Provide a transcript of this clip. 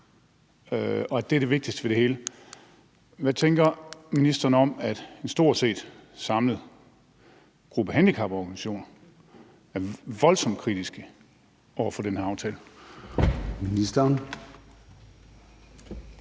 at det er det vigtigste ved det hele, hvad tænker ministeren om, at en stort set samlet gruppe handicaporganisationer er voldsomt kritiske over for den her aftale?